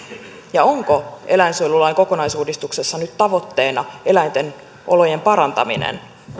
onko eläinsuojelulain kokonaisuudistuksessa nyt tavoitteena eläinten olojen parantaminen